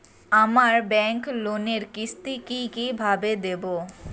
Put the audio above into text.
আমার ব্যাংক লোনের কিস্তি কি কিভাবে দেবো?